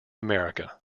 america